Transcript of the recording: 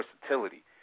versatility